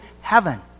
heaven